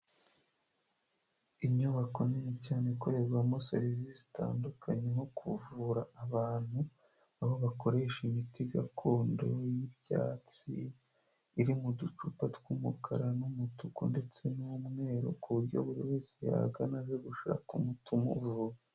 Inyubako nini cyane ikorerwamo serivisi zitandukanye nko kuvura abantu, aho bakoresha imiti gakondo y'ibyatsi iri mu ducupa tw'umukara n'umutuku ndetse n'umweru ku buryo buri wese yahagana aje gushaka umuti uvumura.